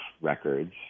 records